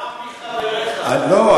לא.